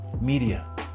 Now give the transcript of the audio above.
media